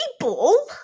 people